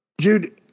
Jude